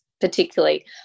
particularly